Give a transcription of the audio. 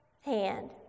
hand